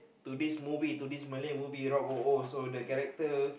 to this movie to this Malay movie Rock O O so the character